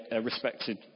respected